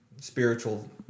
spiritual